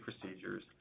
procedures